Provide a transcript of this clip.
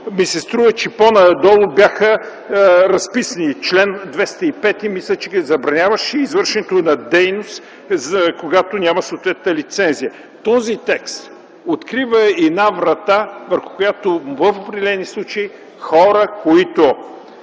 ми се струва, че по-надолу бяха разписани – чл. 205, мисля че забраняваше извършването на дейност, когато няма съответната лицензия. Този текст открива една врата, върху която в определени случаи хора, които